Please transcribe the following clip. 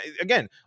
again